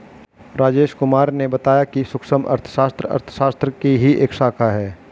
राजेश कुमार ने बताया कि सूक्ष्म अर्थशास्त्र अर्थशास्त्र की ही एक शाखा है